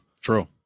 True